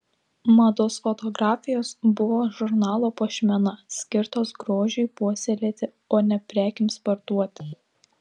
mados fotografijos buvo žurnalo puošmena skirtos grožiui puoselėti o ne prekėms parduoti